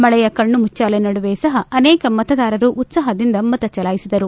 ಮಳೆಯ ಕಣ್ಣಾಮುಚ್ಛಾಲೆ ನಡುವೆ ಸಹ ಅನೇಕ ಮತದಾರರು ಉತಾಪದಿಂದ ಮತಚಲಾಯಿಸಿದರು